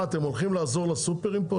מה אתם הולכים לעזור לסופרים פה?